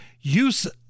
use